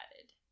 added